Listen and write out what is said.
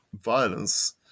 violence